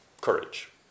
courage